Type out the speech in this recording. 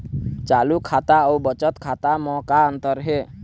चालू खाता अउ बचत खाता म का अंतर हे?